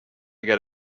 get